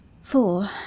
Four